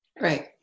Right